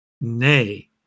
Nay